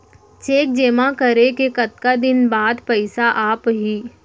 Cheque जेमा करें के कतका दिन बाद पइसा आप ही?